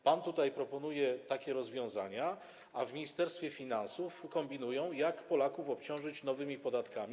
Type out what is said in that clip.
Pan tutaj proponuje takie rozwiązania, a w Ministerstwie Finansów kombinują, jak Polaków obciążyć nowymi podatkami.